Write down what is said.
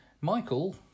Michael